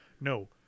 no